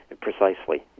Precisely